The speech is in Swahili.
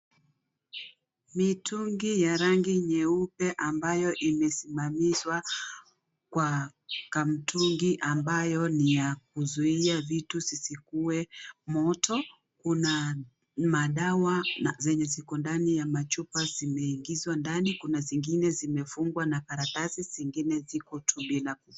Mitungi ya rangi nyeupe ambayo imezimamishwa kwa kamtungi ambayo ni ya kuzuia vitu zisikuwe moto. Kuna madawa zenye ziko ndani ya machupa zimeingizwa ndani, kuna zingine zimefungwa na karatasi, zingine ziko Tu bila kufungwa.